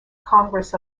congress